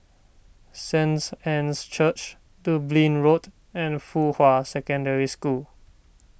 Saint's Anne's Church Dublin Road and Fuhua Secondary School